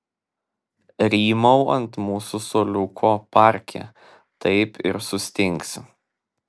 rymau ant mūsų suoliuko parke taip ir sustingsiu